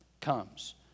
comes